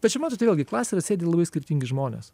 bet čia matote vėlgi klasėj yra sėdi labai skirtingi žmonės